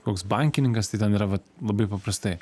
koks bankininkas ten yra vat labai paprastai